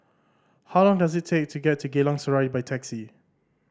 how long does it take to get to Geylang Serai by taxi